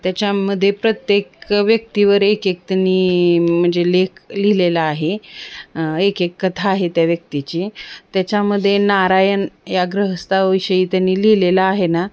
त्याच्यामध्ये प्रत्येक व्यक्तीवर एक एक त्यांनी म्हणजे लेख लिहिलेला आहे एक एक कथा आहे त्या व्यक्तीची त्याच्यामध्ये नारायण या गृहस्थाविषयी त्यांनी लिहिलेलं आहे ना